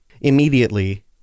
immediately